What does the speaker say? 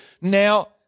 Now